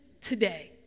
today